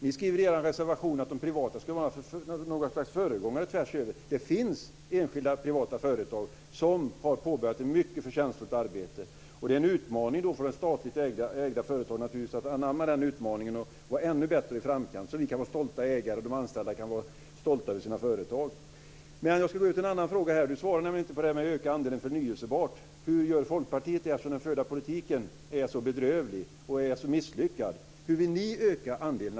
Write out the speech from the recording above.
Ni skriver i er reservation att de privata skulle vara något slags föregångare tvärsöver. Det finns enskilda privata företag som har påbörjat ett mycket förtjänstfullt arbete. Det är naturligtvis en utmaning för statligt ägda företag att anamma den utmaningen och vara ännu mer i framkant så vi kan vara stolta ägare och de anställda kan vara stolta över sina företag. Jag ska också ta upp en annan fråga. Eva Flyborg svarade nämligen inte på det här med att öka andelen förnyelsebart. Hur gör Folkpartiet där eftersom den förda politiken är så bedrövlig och misslyckad? Hur vill ni öka andelen?